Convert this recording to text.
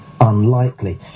unlikely